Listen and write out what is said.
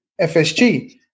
FSG